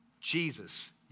Jesus